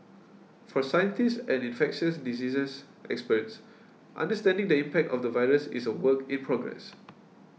for scientists and infectious diseases experts understanding the impact of the virus is a work in progress